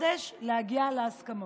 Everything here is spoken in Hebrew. חודש להגיע להסכמות.